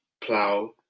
plow